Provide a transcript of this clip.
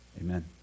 Amen